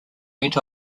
went